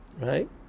right